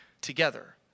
together